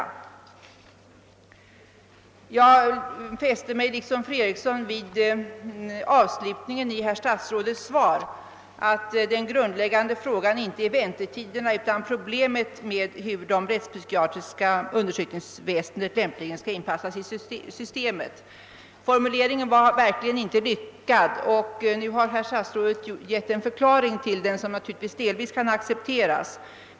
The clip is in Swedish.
Liksom fru Eriksson i Stockholm fäste jag mig vid avslutningen i statsrådets svar. Han sade att »den grundläggande frågan inte är väntetiderna utan problemet om hur det rättspsykiatriska undersökningsväsendet lämpligen skall inpassas i systemet». Formuleringen var verkligen inte lyckad. Nu har statsrådet givit den en förklaring, som delvis kan accepteras.